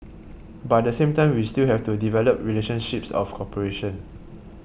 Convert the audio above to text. but at the same time we still have to develop relationships of cooperation